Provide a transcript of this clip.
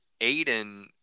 Aiden